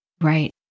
Right